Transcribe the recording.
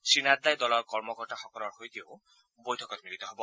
শ্ৰী নাড্ডাই দলৰ কৰ্মকৰ্তাসকলৰ সৈতেও বৈঠকত মিলিত হ'ব